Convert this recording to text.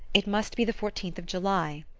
it must be the fourteenth of july!